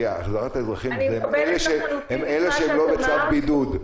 כי אלו אזרחים שלא בצו בידוד.